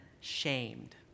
shamed